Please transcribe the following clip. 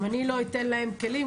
אם אני לא אתן להם כלים,